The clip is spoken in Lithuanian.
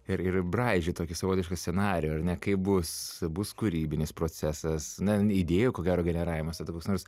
ir ir braižyt tokį savotišką scenarijų ar ne kaip bus bus kūrybinis procesas na idėjų ko gero generavimas tada koks nors